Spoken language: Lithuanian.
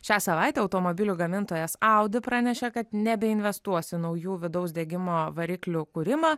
šią savaitę automobilių gamintojas audi pranešė kad nebeinvestuos į naujų vidaus degimo variklių kūrimą